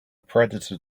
predator